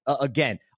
again